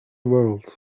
world